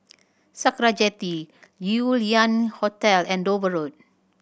Sakra Jetty Yew Lian Hotel and Dover Road